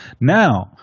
Now